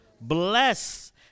Bless